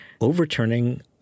overturning